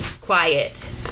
quiet